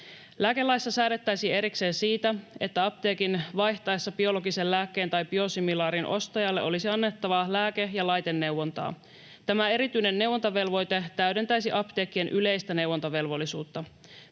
Lääkelaissa säädettäisiin erikseen siitä, että kun apteekki vaihtaa biologisen lääkkeen tai biosimilaarin, ostajalle olisi annettava lääke- ja laiteneuvontaa. Tämä erityinen neuvontavelvoite täydentäisi apteekkien yleistä neuvontavelvollisuutta.